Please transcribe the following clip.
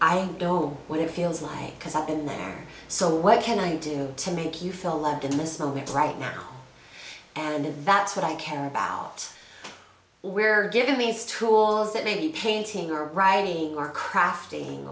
i know what it feels like because i've been there so what can i do to make you feel loved in this moment right now and that's what i care about where giving means tools that maybe painting or writing or crafting